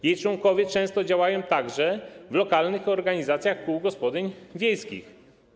Jej członkowie często działają także w lokalnych organizacjach kół gospodyń wiejskich.